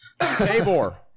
Tabor